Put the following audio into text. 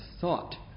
thought